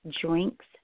drinks